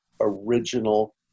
original